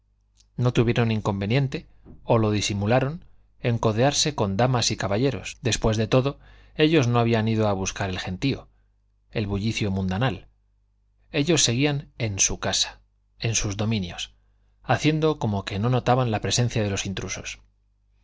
no tuvieron inconveniente o lo disimularon en codearse con damas y caballeros después de todo ellos no habían ido a buscar el gentío el bullicio mundanal ellos seguían en su casa en sus dominios haciendo como que no notaban la presencia de los intrusos